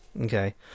Okay